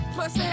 Plus